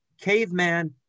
Caveman